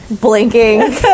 blinking